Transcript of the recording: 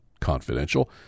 confidential